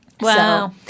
Wow